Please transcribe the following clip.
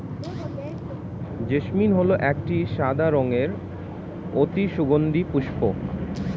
jasmine হল একটি সাদা রঙের অতি সুগন্ধি পুষ্প